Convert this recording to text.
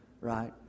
right